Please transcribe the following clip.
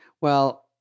Well-